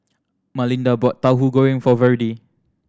Malinda bought Tauhu Goreng for Virdie